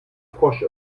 frosch